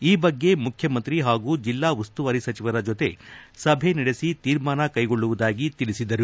ಈ ಬಗ್ಗೆ ಮುಖ್ಯಮಂತ್ರಿ ಹಾಗೂ ಜಿಲ್ಲಾ ಉಸ್ತುವಾರಿ ಸಚಿವರ ಜೊತೆ ಸಭೆ ನಡೆಸಿ ತೀರ್ಮಾನ ಕೈಗೊಳ್ಳುವುದಾಗಿ ತಿಳಿಸಿದರು